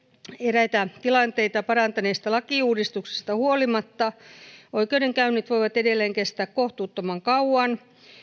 eräitä tilanteita parantaneista lakiuudistuksista huolimatta oikeudenkäynnit voivat edelleen kestää kohtuuttoman kauan